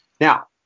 Now